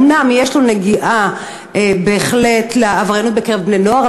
שאומנם יש לו בהחלט נגיעה בעבריינות בני-נוער,